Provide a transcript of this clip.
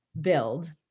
build